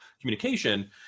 communication